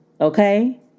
okay